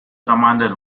commanded